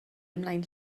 ymlaen